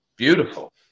Beautiful